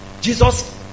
Jesus